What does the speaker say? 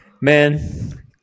Man